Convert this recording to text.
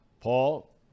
Paul